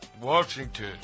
Washington